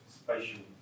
spatial